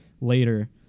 later